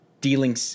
dealing